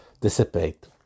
dissipate